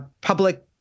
public